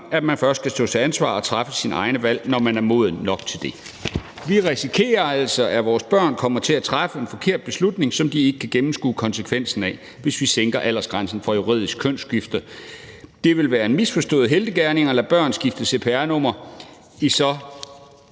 at man først skal stå til ansvar og træffe sine egne valg, når man er moden nok til det. Vi risikerer altså, at vores børn kommer til at træffe en forkert beslutning, som de ikke kan gennemskue konsekvensen af, hvis vi sænker aldersgrænsen for juridisk kønsskifte. Det vil være en misforstået heltegerning at lade børn skifte cpr-nummer i så